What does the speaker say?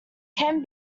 can